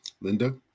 linda